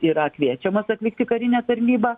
yra kviečiamos atlikti karinę tarnybą